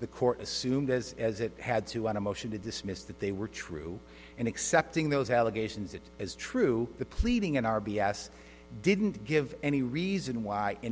the court assumed as as it had to on a motion to dismiss that they were true and accepting those allegations it is true the pleading in r b s didn't give any reason why an